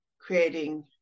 creating